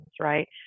right